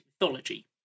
mythology